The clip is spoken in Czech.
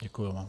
Děkuji vám.